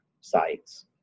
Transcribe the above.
sites